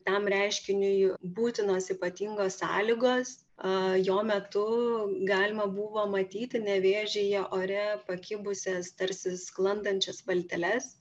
tam reiškiniui būtinos ypatingos sąlygos a jo metu galima buvo matyti nevėžyje ore pakibusias tarsi sklandančias valteles